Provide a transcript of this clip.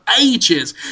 ages